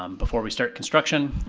um before we start construction.